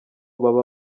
baba